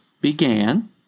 began